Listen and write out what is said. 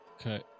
Okay